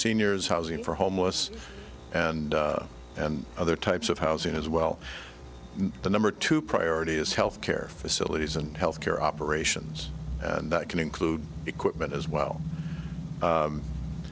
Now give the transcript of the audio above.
seniors housing for homeless and and other types of housing as well the number two priority is health care facilities and health care operations and that can include equipment as well